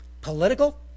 political